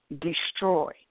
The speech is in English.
destroy